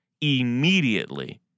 immediately